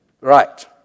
right